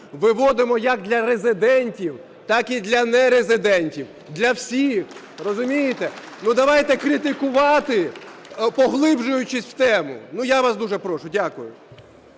виводимо як для резидентів, так і для нерезидентів – для всіх. Розумієте? Ну, давайте критикувати, поглиблюючись у тему, я вас дуже прошу. Дякую.